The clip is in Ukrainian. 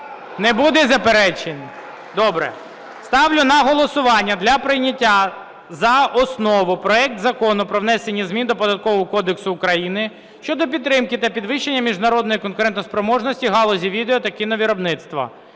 Не буде заперечень? Добре! Ставлю на голосування для прийняття за основу проект Закону про внесення змін до Податкового кодексу України щодо підтримки та підвищення міжнародної конкурентоспроможності галузі відео- та кіно-виробництва